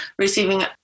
receiving